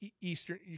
Eastern